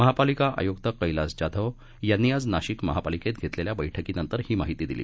महापालिका आयुक्त कैलास जाधव यांनी आज नाशिक महापालिकेत घेतलेल्या बैठकींनंतर ही माहिती दिली